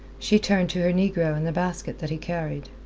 she turned to her negro and the basket that he carried.